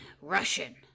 Russian